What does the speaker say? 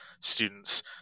students